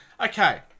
Okay